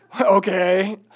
okay